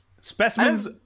Specimens